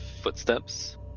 footsteps